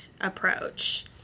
approach